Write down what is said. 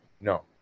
No